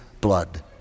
blood